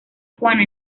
juana